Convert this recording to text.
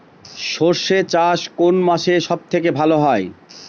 সর্ষে চাষ কোন মাসে সব থেকে ভালো হয়?